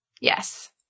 Yes